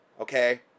okay